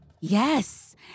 Yes